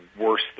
worse